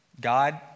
God